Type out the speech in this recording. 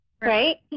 Right